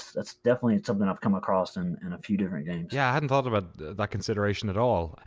that's definitely something i've come across and in a few different games. yeah, i hadn't thought about that consideration at all.